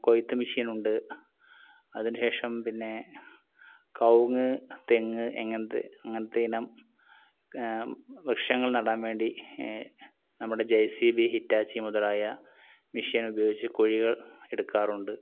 കൊയ്ത്ത് മെഷീൻ ഉണ്ട് അതിന് ശേഷം പിന്നേ കവുങ്ങ് തെങ്ങ് എങ്ങനത്തെ അങ്ങനത്തേ ഇനം വൃക്ഷങ്ങൾ നടാൻ വേണ്ടി നമ്മുടെ ജെ സി ബി ഹിറ്റാച്ചി മുതലായ മെഷീനുപയോഗിച്ച് കുഴികൾ എടുക്കാറുണ്ട്